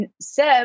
Seb